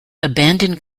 abandoned